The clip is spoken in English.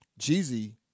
Jeezy